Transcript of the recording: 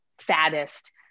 saddest